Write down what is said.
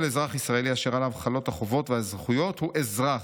כל אזרח ישראלי אשר עליו חלות החובות והזכויות הוא אזרח!